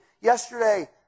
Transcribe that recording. yesterday